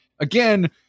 again